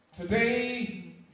Today